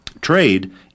trade